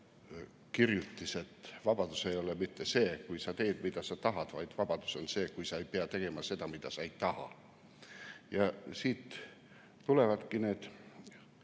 lause, et vabadus ei ole mitte see, kui sa teed, mida sa tahad, vaid vabadus on see, kui sa ei pea tegema seda, mida sa ei taha. Siit tulevadki